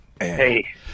Hey